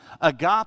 Agape